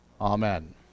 Amen